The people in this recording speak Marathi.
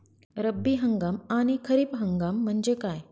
रब्बी हंगाम आणि खरीप हंगाम म्हणजे काय?